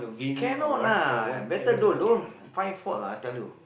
cannot lah better don't don't find fault lah I tell you